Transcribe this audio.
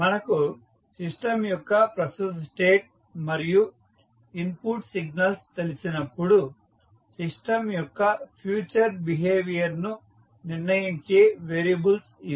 మనకు సిస్టం యొక్క ప్రస్తుత స్టేట్ మరియు ఇన్పుట్ సిగ్నల్స్ తెలిసినప్పుడు సిస్టం యొక్క ఫ్యూచర్ బిహేవియర్ను నిర్ణయించే వేరియబుల్స్ ఇవి